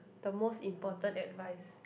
the most important advice